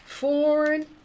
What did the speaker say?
Foreign